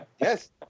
yes